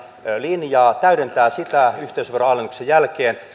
linjaa täydentää sitä yhteisöveron alennuksen jälkeen